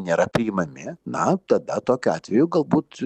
nėra priimami na tada tokiu atveju galbūt